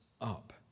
up